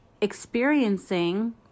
experiencing